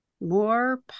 more